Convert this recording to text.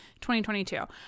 2022